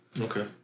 Okay